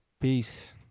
Peace